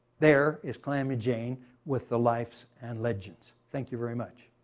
there is calamity jane with the life and legends. thank you very much.